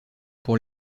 pour